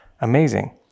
Amazing